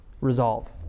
resolve